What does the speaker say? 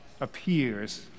appears